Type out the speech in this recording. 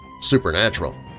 supernatural